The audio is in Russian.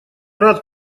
рад